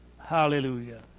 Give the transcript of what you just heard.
Hallelujah